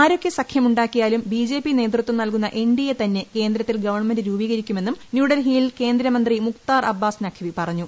ആരൊക്കെ സഖ്യമു ാക്കിയാലും ബിജെപി നേതൃത്വം നൽകുന്ന എൻഡിഎ തന്നെ കേന്ദ്രത്തിൽ ഗവൺമെന്റ് രൂപീകരിക്കുമെന്നും ന്യൂഡൽഹിയിൽ ക്യേന്ദ്രമന്ത്രി മുക്താർ അബ്ബാസ് നഖ്വി പറഞ്ഞു